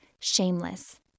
Shameless